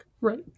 Right